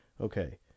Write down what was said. okay